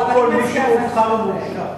לא כל מי שאובחן מורשע.